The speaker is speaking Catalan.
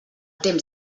temps